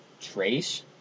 Trace